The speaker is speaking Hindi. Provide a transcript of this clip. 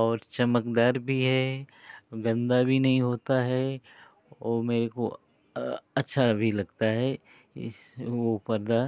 और चमकदार भी है और गंदा भी नहीं होता है वो मेरे को अच्छा भी लगता है इस वो पर्दा